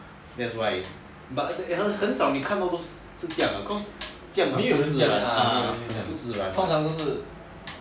that's why but 很少你看到是这样的 cause 不自然 mah